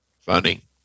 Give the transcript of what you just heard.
funny